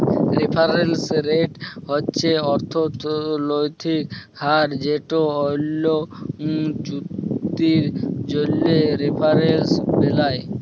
referrals rate হছে অথ্থলৈতিক হার যেট অল্য চুক্তির জ্যনহে রেফারেলস বেলায়